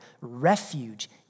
refuge